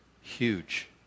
huge